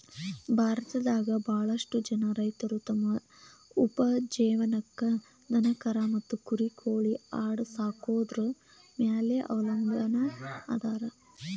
ಭಾರತದಾಗ ಬಾಳಷ್ಟು ಜನ ರೈತರು ತಮ್ಮ ಉಪಜೇವನಕ್ಕ ದನಕರಾ ಮತ್ತ ಕುರಿ ಕೋಳಿ ಆಡ ಸಾಕೊದ್ರ ಮ್ಯಾಲೆ ಅವಲಂಬನಾ ಅದಾರ